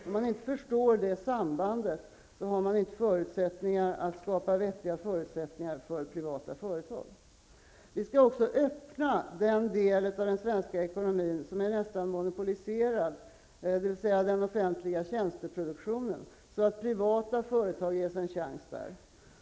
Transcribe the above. Om man inte förstår det sambandet har man inte förutsättningar att skapa vettiga förutsättningar för privata företag. Vi skall också öppna den del av den svenska ekonomin som i dag är nästan monopoliserad, dvs. den offentliga tjänsteproduktionen, så att privata företag ges en chans där.